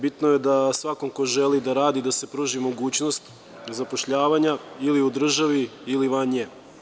Bitno je da svakom ko želi da radi da se pruži mogućnost zapošljavanja ili u državi ili van nje.